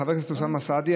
חבר הכנסת אוסאמה סעדי,